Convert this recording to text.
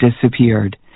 disappeared